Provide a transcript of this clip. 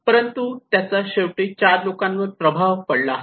परंतु त्याचा शेवटी चार लोकांवर प्रभाव पडला आहे